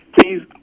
Please